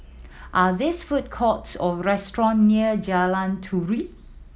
are these food courts or restaurant near Jalan Turi